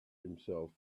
himself